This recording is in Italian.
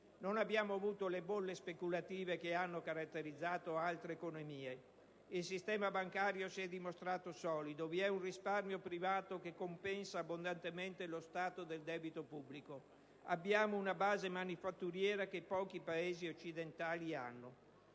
Non abbiamo avuto le bolle speculative che hanno caratterizzato altre economie; il sistema bancario si è dimostrato solido; vi è un risparmio privato che compensa abbondantemente lo stato del debito pubblico; abbiamo una base manifatturiera che pochi Paesi occidentali hanno.